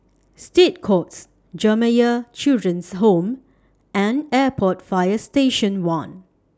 State Courts Jamiyah Children's Home and Airport Fire Station one